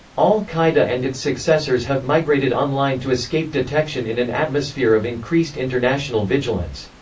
al-qaeda and its successors have migrated online to escape detection in an atmosphere of increased international vigilance.